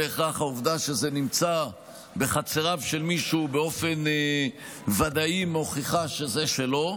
לא בהכרח העובדה שזה נמצא בחצרותיו של מישהו מוכיחה באופן ודאי שזה שלו.